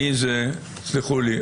תסלחו לי,